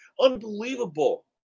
unbelievable